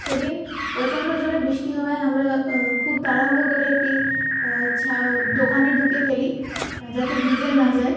সেদিন প্রচন্ড জোরে বৃষ্টি হওয়ায় আমরা খুব তাড়াহুড়ো করে একটি দোকানে ঢুকে ফেলি যাতে ভিজে না যাই